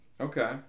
Okay